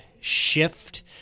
shift